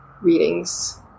readings